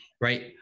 right